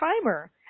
timer